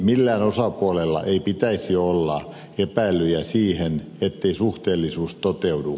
millään osapuolella ei pitäisi olla epäilyjä siitä ettei suhteellisuus toteudu